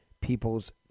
people's